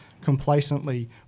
complacently